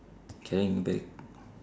carrying bag